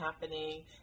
happening